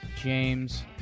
James